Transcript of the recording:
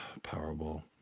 Powerball